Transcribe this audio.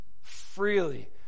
freely